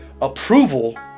Approval